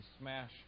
smash